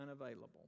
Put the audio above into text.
unavailable